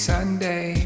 Sunday